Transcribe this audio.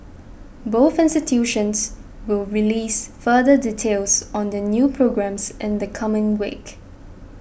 both institutions will release further details on their new programmes in the coming week